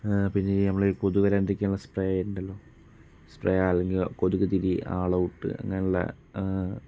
പിന്നെ ഈ നമ്മൾ ഈ കൊതുക് വരാണ്ടിരിക്കാൻ ഉള്ള സ്പ്രേ ഉണ്ടല്ലോ സ്പ്രേ അല്ലെങ്കിൽ കൊതുക് തിരി ആൾ ഔട്ട് അങ്ങനെയുള്ള